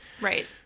Right